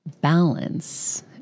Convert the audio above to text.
balance